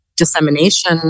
dissemination